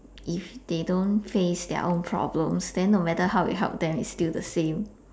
if they don't face their own problems then no matter how we help them it's still the same